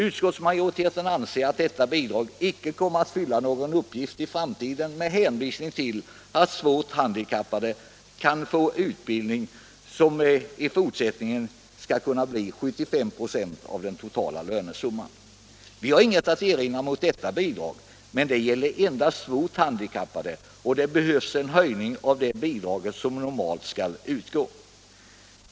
Utskottsmajoriteten anser att detta bidrag icke kommer att fylla någon uppgift i framtiden och hänvisar till att svårt handikappade som får utbildning framdeles skall kunna få ett bidrag som uppgår till 75 96 av den totala lönesumman. Vi har inget att erinra mot detta bidrag, men det gäller endast svårt handikappade, och det behövs en höjning av det bidrag som normalt skall utgå.